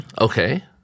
Okay